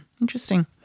Interesting